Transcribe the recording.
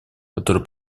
который